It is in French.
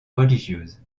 religieuses